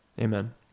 Amen